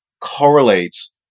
correlates